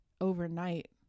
overnight